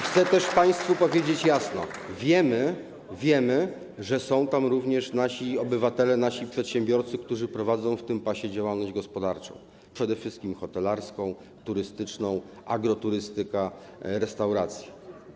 Chcę też państwu powiedzieć jasno: wiemy, że są tam również nasi obywatele, nasi przedsiębiorcy, którzy prowadzą w tym pasie działalność gospodarczą, przede wszystkim hotelarską, turystyczną, agroturystykę, restauracje.